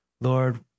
Lord